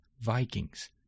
Vikings